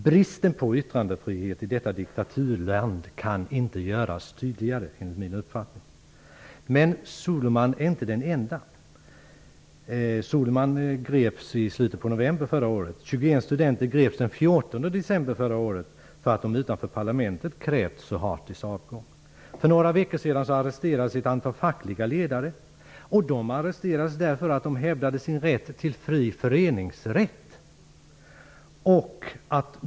Bristen på yttrandefrihet i detta diktaturland kan enligt min uppfattning inte göras tydligare. Men Suleiman är inte den enda. studenter greps den 14 december förra året för att de utanför parlamentet krävt Suhartos avgång. För några veckor sedan arresterades ett antal fackliga ledare. De arresterades därför att de hävdade sin rätt till fri föreningsrätt.